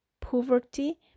poverty